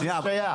מה זה שייך?